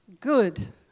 Good